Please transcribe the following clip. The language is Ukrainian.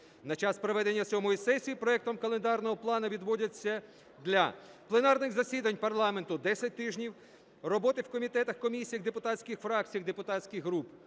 На час проведення сьомої сесії проектом календарного плану відводяться для: пленарних засідань парламенту – 10 тижнів; роботи в комітетах, комісіях, депутатських фракціях (депутатських групах)